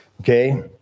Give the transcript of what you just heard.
Okay